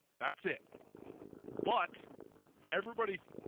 that's it but everybody